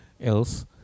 else